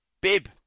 Bib